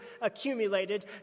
accumulated